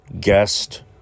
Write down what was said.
guest